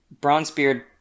Bronzebeard